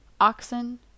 oxen